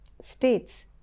states